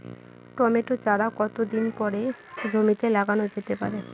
Tomato চারা কতো দিন পরে জমিতে লাগানো যেতে পারে?